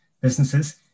businesses